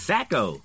Sacco